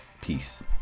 Peace